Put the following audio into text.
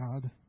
God